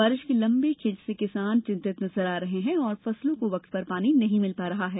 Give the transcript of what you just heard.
बारिश की लम्बी खेंच से किसान चिंतित नजर आ रहे हैं और फसलों को वक्त पर पानी नहीं मिल पा रहा है